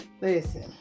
Listen